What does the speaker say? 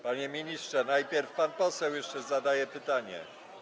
Panie ministrze, najpierw pan poseł jeszcze zadaje pytanie.